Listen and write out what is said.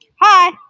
hi